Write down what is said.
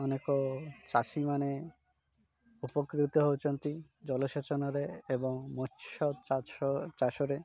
ଅନେକ ଚାଷୀମାନେ ଉପକୃତ ହେଉଛନ୍ତି ଜଳସେଚନରେ ଏବଂ ମତ୍ସ୍ୟ ଚାଷ ଚାଷରେ